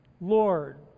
Lord